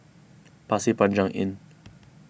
Pasir Panjang Inn